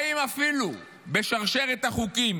האם אפילו בשרשרת החוקים